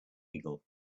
illegal